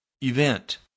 event